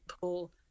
Paul